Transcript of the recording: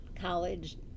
College